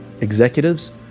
executives